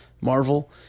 Marvel